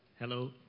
Hello